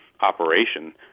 operation